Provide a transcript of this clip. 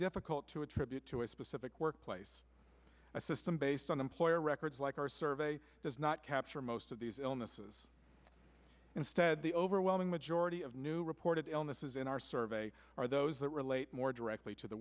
difficult to attribute to a specific workplace a system based on employer records like our survey does not capture most of these illnesses instead the overwhelming majority of new reported illnesses in our survey are those that relate more directly to the